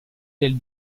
del